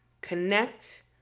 connect